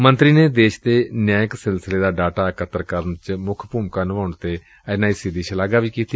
ਮੰਤਰੀ ਨੇ ਦੇਸ਼ ਦੇ ਨਿਆਂਇਕ ਸਿਲਸਿਲੇ ਦਾ ਡਾਟਾ ਇਕੱਤਰ ਕਰਨ ਚ ਮੁੱਖ ਭੁਮਕਾ ਨਿਭਾਉਣ ਤੇ ਐਨ ਆਈ ਸੀ ਦੀ ਸ਼ਲਾਘਾ ਕੀਤੀ